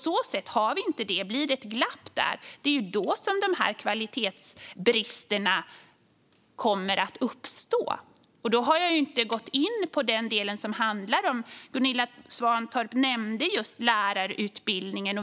Blir det ett glapp där kommer kvalitetsbristerna att uppstå. Gunilla Svantorp nämnde lärarutbildningen.